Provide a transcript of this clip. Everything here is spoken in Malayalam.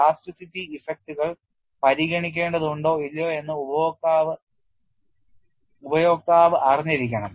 പ്ലാസ്റ്റിറ്റി ഇഫക്റ്റുകൾ പരിഗണിക്കേണ്ടതുണ്ടോ ഇല്ലയോ എന്ന് ഉപയോക്താവ് അറിഞ്ഞിരിക്കണം